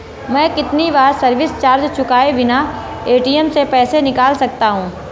मैं कितनी बार सर्विस चार्ज चुकाए बिना ए.टी.एम से पैसे निकाल सकता हूं?